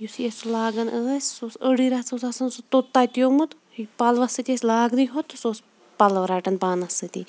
یُتھُے أسۍ سُہ لاگان ٲسۍ سُہ اوس أڑٕے رَژھ اوس آسان سُہ توٚت تَتیومُت یہِ پَلوَس سۭتۍ ٲسۍ لاگنٕے ہوت تہٕ سُہ اوس پَلو رَٹان پانَس سۭتی